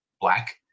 black